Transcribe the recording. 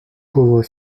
pauvre